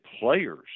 players